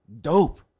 dope